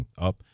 up